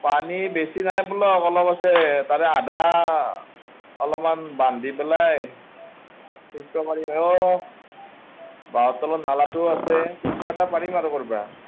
পানী বেছি নাই ব'লক অলপ আছে তাৰে আধা অলপমান বান্ধি পেলাই সিঁচিব পাৰি নহ বাঁহৰ তলৰ নলাটোও আছে কোনোবা এটা পাৰিম আৰু কৰিব